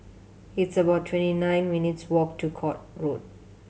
it's about twenty nine minutes' walk to Court Road